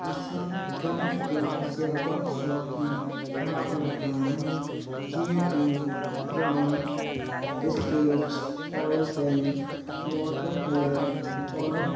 असां drawing class या workshop में भाॻु वठंदा आहियूं जीअं कि drawing sketch oil paint water colour और